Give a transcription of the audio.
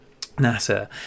NASA